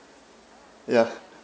ya